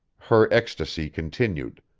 her ecstasy continued.